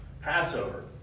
Passover